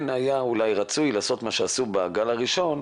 כן היה אולי רצוי לעשות מה שעשו בגל הראשון,